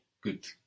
Good